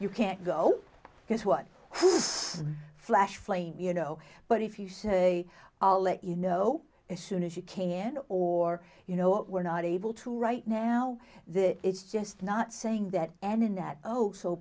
you can't go because what flash flame you know but if you say i'll let you know as soon as you can or you know what we're not able to right now that it's just not saying that and in that oh so